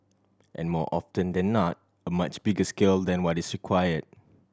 and more often than not a much bigger scale than what is require